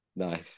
Nice